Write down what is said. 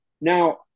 Now